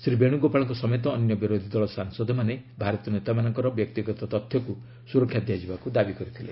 ଶ୍ରୀ ବେଶୁଗୋପାଳଙ୍କ ସମେତ ଅନ୍ୟ ବିରୋଧୀଦଳ ସାଂସଦମାନେ ଭାରତୀୟ ନେତାମାନଙ୍କର ବ୍ୟକ୍ତିଗତ ତଥ୍ୟକୁ ସୁରକ୍ଷା ଦିଆଯିବାକୁ ଦାବି କରିଥିଲେ